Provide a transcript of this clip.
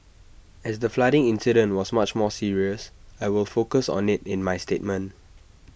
as the flooding incident was much more serious I will focus on IT in my statement